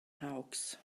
hawks